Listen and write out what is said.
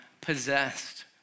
possessed